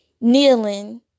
kneeling